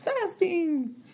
fasting